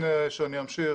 לפני שאני אמשיך,